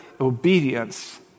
obedience